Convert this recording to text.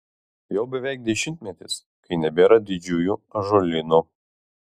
jau beveik dešimtmetis kai nebėra didžiųjų ąžuolynų